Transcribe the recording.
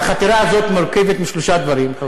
והחתירה הזאת מורכבת משלושה דברים.